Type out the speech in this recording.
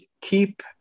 keep